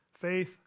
faith